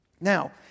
Now